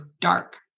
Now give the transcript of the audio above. dark